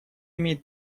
имеет